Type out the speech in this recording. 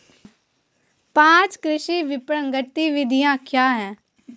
पाँच कृषि विपणन गतिविधियाँ क्या हैं?